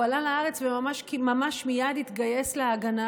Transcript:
הוא עלה לארץ, וממש מייד התגייס להגנה.